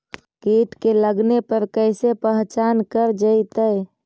कीट के लगने पर कैसे पहचान कर जयतय?